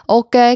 ok